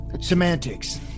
semantics